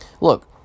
look